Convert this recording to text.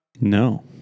no